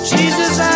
Jesus